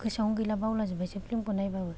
गोसोयावनो गैला बावला जोबबायसो फिल्मखौ नायबाबो